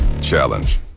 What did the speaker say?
Challenge